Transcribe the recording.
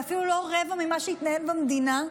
זה אפילו לא רבע ממה שהתנהל במדינה,